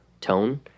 tone